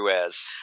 Ruiz